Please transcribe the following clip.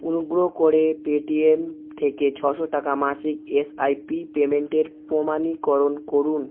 অনুগ্রহ করে পেটিএম থেকে ছশো টাকা মাসিক এসআইপি পেমেন্টের প্রমাণীকরণ করুন